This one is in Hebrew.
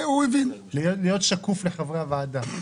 להיות שקוף לחברי הוועדה.